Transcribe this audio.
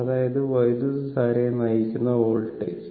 അതായത് വൈദ്യുതധാരയെ നയിക്കുന്ന വോൾട്ടേജ്